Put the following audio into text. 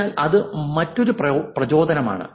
അതിനാൽ അത് മറ്റൊരു പ്രചോദനമാണ്